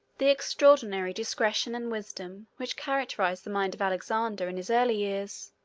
the extraordinary discretion and wisdom which characterized the mind of alexander in his early years,